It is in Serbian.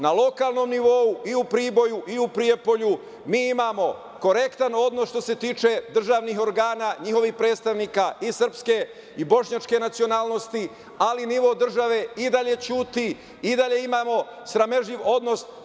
Na lokalnom nivou i u Priboju i u Prijepolju mi imamo korektan odnos što se tiče državnih organa, njihovih predstavnika i srpske i bošnjačke nacionalnosti, ali nivo države i dalje ćuti i dalje imamo sramežljiv odnos.